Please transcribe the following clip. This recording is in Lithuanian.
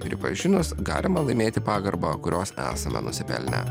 pripažinus galima laimėti pagarbą kurios esame nusipelnę